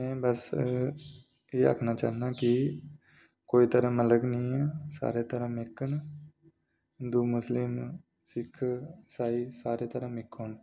बस एह् आखना चाह्न्नां कि कोई धर्म अलग नेईं ऐ सारे धर्म इक न हिंदू मुस्लिम सिक्ख इसाई सारे धर्म इक न